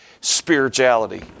spirituality